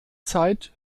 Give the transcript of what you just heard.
zeit